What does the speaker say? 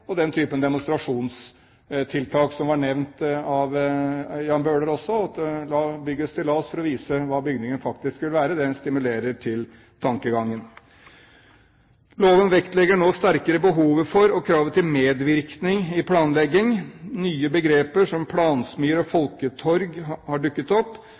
og den typen demonstrasjonstiltak som var nevnt av Jan Bøhler – at man bygger stillaser og viser hvordan bygningen faktisk vil være, noe som stimulerer til tankegangen. Loven vektlegger nå sterkere behov for og krav til medvirkning i planlegging. Nye begreper som «plansmier» og «folketorg» har dukket opp.